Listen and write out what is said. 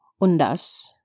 Undas